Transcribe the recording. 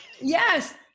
yes